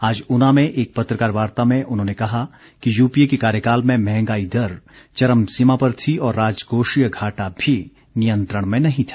आज ऊना में एक पत्रकार वार्ता में उन्होंने कहा कि यूपीए के कार्यकाल में महंगाई दर चरम सीमा पर थी और राजकोषीय घाटा भी नियंत्रण में नहीं था